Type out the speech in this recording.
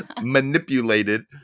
manipulated